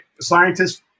Scientists